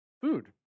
Food